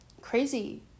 crazy